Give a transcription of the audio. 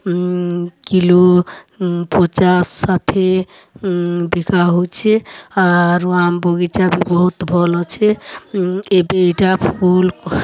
kilo ପଚାଶ୍ ଷାଠେ ବିକା ହେଉଛେ ଆରୁ ଆମ୍ବ୍ ବଗିଚା ବି ବହୁତ୍ ଭଲ୍ ଅଛେ ଏବେ ଇ'ଟା ବଉଲ୍